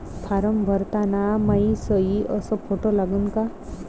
Form भरताना मायी सयी अस फोटो लागन का?